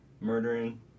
murdering